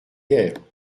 guère